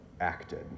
acted